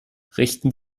richten